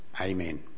Amen